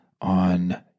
on